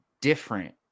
different